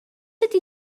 ydy